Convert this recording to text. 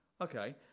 Okay